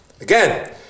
Again